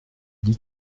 dis